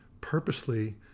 purposely